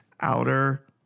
Outer